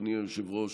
אדוני היושב-ראש,